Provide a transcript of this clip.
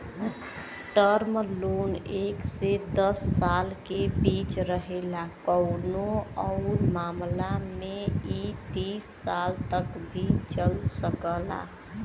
term loan एक से दस साल के बीच रहेला कउनो आउर मामला में इ तीस साल तक भी चल सकला